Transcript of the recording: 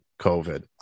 COVID